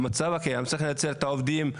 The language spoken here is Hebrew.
במצב הקיים צריך לנצל את העובדים.